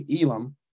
Elam